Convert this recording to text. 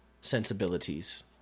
sensibilities